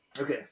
Okay